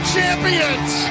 Champions